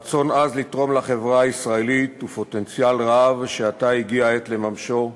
רצון עז לתרום לחברה הישראלית ופוטנציאל רב שעתה הגיעה העת לממשו.